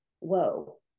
Whoa